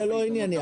זה לא ענייני,